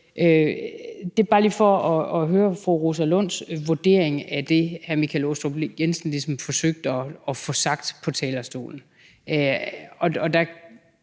jeg vil bare gerne lige høre fru Rosa Lunds vurdering af det, hr. Michael Aastrup Jensen ligesom forsøgte at sige på talerstolen.